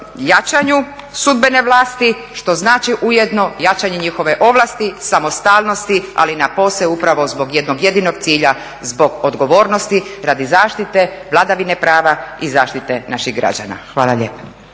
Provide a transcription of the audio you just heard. jačanju sudbene vlasti, što znači ujedno jačanje njihove ovlasti, samostalnosti ali napose upravo zbog jednog jedinog cilja zbog odgovornosti radi zaštite vladavine prava i zaštite naših građana. Hvala lijepa.